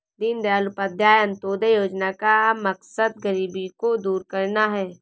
दीनदयाल उपाध्याय अंत्योदय योजना का मकसद गरीबी को दूर करना है